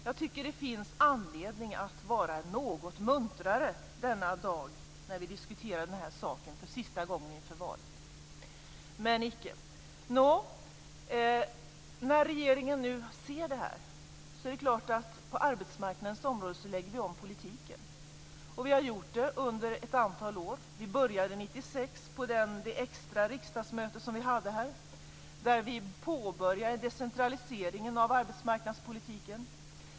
Jag tycker att det finns anledning att vara något muntrare denna dag när vi diskuterar detta för sista gången inför valet - men icke. När regeringen ser detta är det klart att vi lägger om politiken på arbetsmarknadens område. Vi har gjort det under ett antal år. Vi började 1996 då riksdagen extrainkallades och då vi påbörjade decentraliseringen av arbetsmarknadspolitiken.